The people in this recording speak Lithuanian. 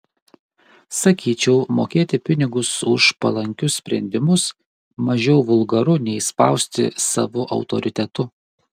sakyčiau mokėti pinigus už palankius sprendimus mažiau vulgaru nei spausti savu autoritetu